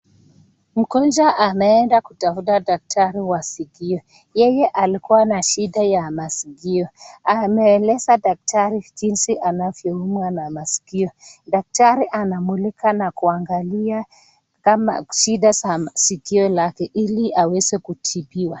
Mgonjwa anaenda kutafuta daktari wa sikio, yeye alikua na shida ya masikio. Anaeleza daktari jinsi anavyo umwa na masikio. Daktari anamulika na kuangalia, kama shida za sikio lake, ili aweze kutibiwa.